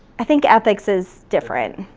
i think ethics is different.